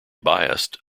biased